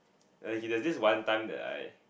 and he there's this one time that I